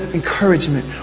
encouragement